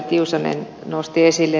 tiusanen nosti esille